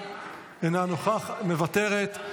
מוותרת,